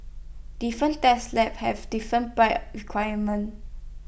different test labs have different price requirements